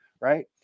Right